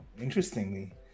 interestingly